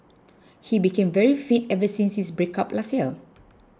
he became very fit ever since his breakup last year